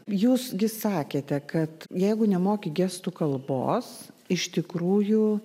jūs gi sakėte kad jeigu nemoki gestų kalbos iš tikrųjų